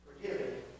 forgiving